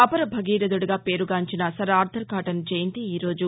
అపర భగీరధుడుగా పేరు గాంచిన సర్ ఆర్గర్ కాటన్ జయంతి ఈరోజు